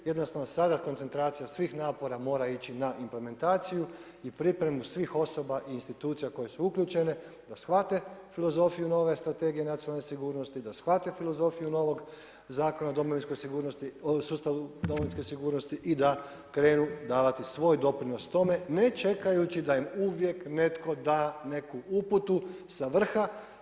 Jednostavno sada koncentracija svih napora mora ići na implementaciju i pripremu svih osoba i institucija koje su uključene, da shvate filozofiju nove strategije nacionalne sigurnosti, da shvate filozofiju novog Zakona o sustavu domovinske sigurnosti i da krenu davati svoj doprinos tome, ne čekajući da im uvijek netko da neku uputu sa vrha.